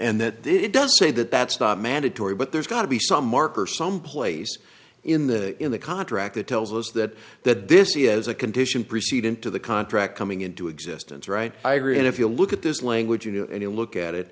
and that it doesn't say that that's not mandatory but there's got to be some marker some place in the in the contract that tells us that that this is a condition proceed into the contract coming into existence right i agree and if you look at this language you know any look at it